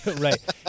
Right